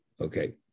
Okay